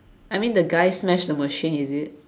I mean the guy smash the machine is it